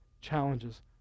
challenges